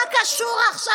מה קשור עכשיו?